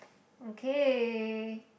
okay